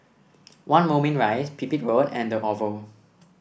One Moulmein Rise Pipit Road and the Oval